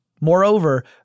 Moreover